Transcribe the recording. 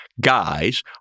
guys